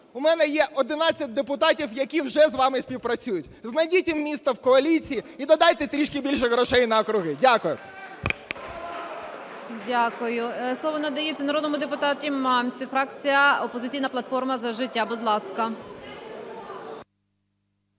є одинадцять депутатів, які вже з вами співпрацюють, знайдіть їм місце в коаліції і додайте трішки більше грошей на округи. Дякую. ГОЛОВУЮЧА. Дякую. Слово надається народному депутату Мамці, фракція "Опозиційна платформа - За життя", будь ласка.